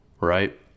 right